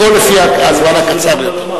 הכול לפי הזמן הקצר ביותר.